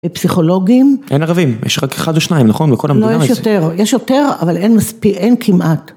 פסיכולוגים. אין ערבים, יש רק אחד או שניים, נכון? בכל המדינה. לא, יש יותר. יש יותר אבל אין כמעט.